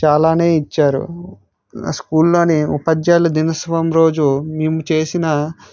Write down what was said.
చాలా ఇచ్చారు స్కూల్లో ఉపాధ్యాయుల దినోత్సవం రోజు మేము చేసిన